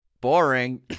Boring